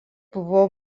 buvo